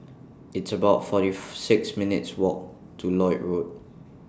It's about forty six minutes' Walk to Lloyd Road